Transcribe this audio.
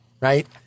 right